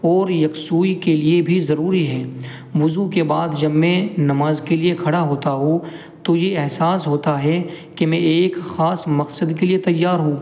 اور یکسوئی کے لیے بھی ضروری ہے وضو کے بعد جب میں نماز کے لیے کھڑا ہوتا ہوں تو یہ احساس ہوتا ہے کہ میں ایک خاص مقصد کے لیے تیار ہوں